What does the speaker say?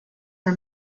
her